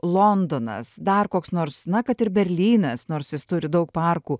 londonas dar koks nors na kad ir berlynas nors jis turi daug parkų